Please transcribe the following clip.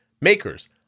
makers